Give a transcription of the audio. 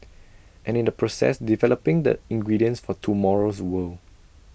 and in the process developing the ingredients for tomorrow's world